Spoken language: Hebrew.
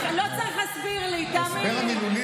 הוא לא צריך להסביר לי, תאמין לי.